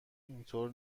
اینطور